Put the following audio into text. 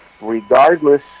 regardless